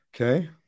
Okay